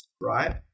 right